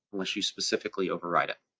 unless you specifically override it.